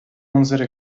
unsere